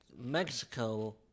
Mexico